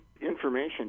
information